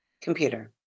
Computer